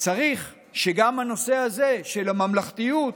צריך שגם הנושא הזה, של הממלכתיות,